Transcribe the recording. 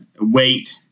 weight